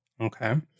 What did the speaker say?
okay